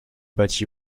bâti